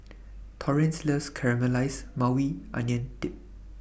Torrence loves Caramelized Maui Onion Dip